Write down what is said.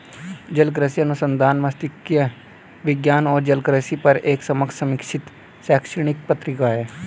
जलकृषि अनुसंधान मात्स्यिकी विज्ञान और जलकृषि पर एक समकक्ष समीक्षित शैक्षणिक पत्रिका है